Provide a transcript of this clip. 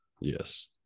Yes